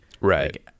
right